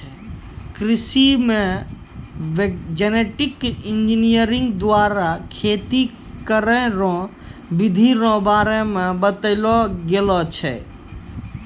कृषि मे genetic engineer द्वारा खेती करै रो बिधि रो बारे मे बतैलो गेलो छै